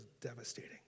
devastating